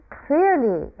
clearly